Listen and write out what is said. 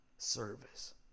Service